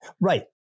Right